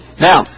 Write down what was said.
Now